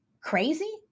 crazy